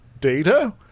Data